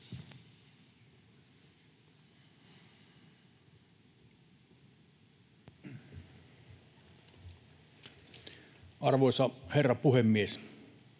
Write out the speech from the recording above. Arvoisa herra puhemies!